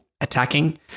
attacking